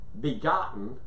begotten